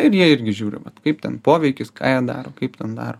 ir jie irgi žiūri vat kaip ten poveikis ką jie daro kaip ten daro